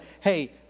hey